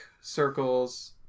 circles